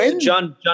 John